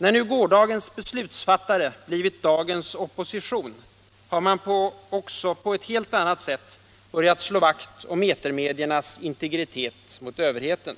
När nu gårdagens beslutsfattare blivit dagens opposition har man också på ett helt annat sätt börjat slå vakt om etermediernas integritet mot överheten.